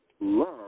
love